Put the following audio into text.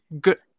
Good